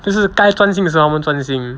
就是该专心的时候他们专心